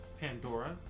pandora